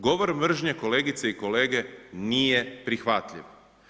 Govor mržnje, kolegice i kolege, nije prihvatljiv.